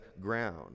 ground